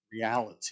reality